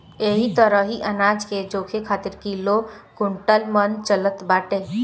एही तरही अनाज के जोखे खातिर किलो, कुंटल, मन चलत बाटे